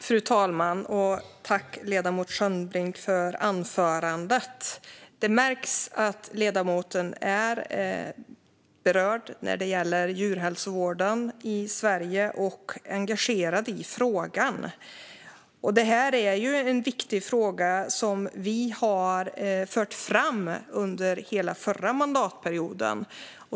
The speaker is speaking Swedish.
Fru talman! Tack, ledamoten Skönnbrink, för anförandet! Det märks att ledamoten är berörd när det gäller djurhälsovården i Sverige och att hon är engagerad i frågan. Detta är en viktig fråga som vi har fört fram under hela förra mandatperioden.